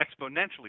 exponentially